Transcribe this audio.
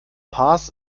paz